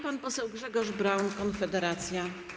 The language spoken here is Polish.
Pan poseł Grzegorz Braun, Konfederacja.